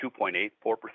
2.84%